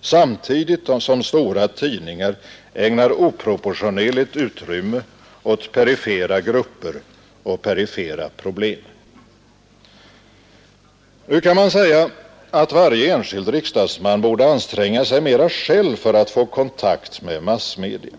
samtidigt som stora tidningar ägnar oproportionerligt utrymme åt perifera grupper och perifera problem. Nu kan man säga att varje enskild ridsdagsman borde anstränga sig mer själv för att få kontakt med massmedia.